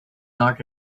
not